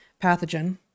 Pathogen